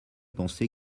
pensé